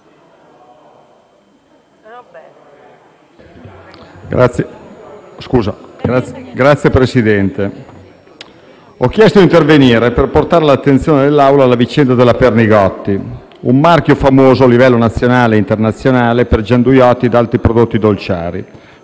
Signor Presidente, ho chiesto di intervenire per portare all'attenzione dell'Assemblea la vicenda della Pernigotti, un marchio famoso a livello nazionale e internazionale per gianduiotti ed altri prodotti dolciari,